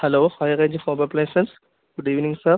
hello high range home appliances good evening sir